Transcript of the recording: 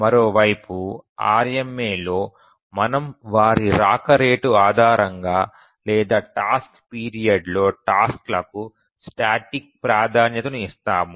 మరో వైపు RMAలో మనము వారి రాక రేటు ఆధారంగా లేదా టాస్క్ పీరియడ్ లో టాస్క్ లకు స్టాటిక్ ప్రాధాన్యతను ఇస్తాము